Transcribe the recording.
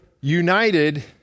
united